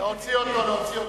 להוציא אותו.